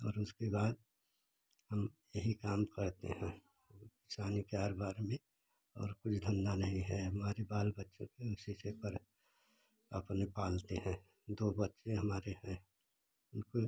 और उसके बाद हम यही काम करते हैं किसानी कार बार में और कुछ धंधा नहीं है हमारे बाल बच्चे भी इसी से पले अपने पालते हैं दो बच्चे हमारे हैं उनके